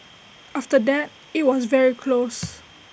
after that IT was very close